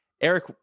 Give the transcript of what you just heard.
Eric